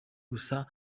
gusa